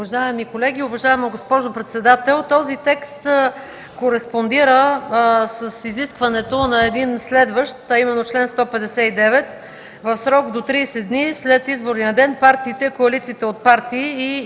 Уважаеми колеги, уважаеми госпожо председател! Този текст кореспондира с изискването на един следващ, а именно на чл. 159 – в срок до 30 дни след изборния ден партиите, коалициите от партии и